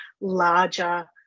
larger